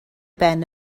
ben